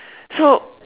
so